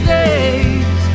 days